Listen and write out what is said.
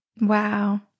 Wow